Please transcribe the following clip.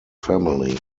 family